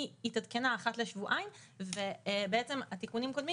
היא התעדכנה אחת לשבועיים ובעצם תיקונים קודמים